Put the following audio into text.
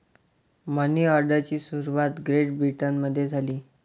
मनी ऑर्डरची सुरुवात ग्रेट ब्रिटनमध्ये झाली